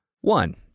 One